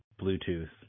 Bluetooth